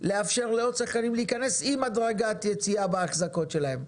לאפשר לעוד שחקנים להיכנס עם הדרגת יציאה באחזקות שלהם.